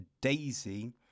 Daisy